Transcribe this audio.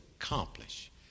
accomplish